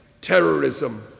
terrorism